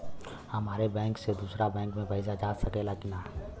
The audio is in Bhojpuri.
हमारे बैंक से दूसरा बैंक में पैसा जा सकेला की ना?